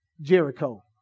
Jericho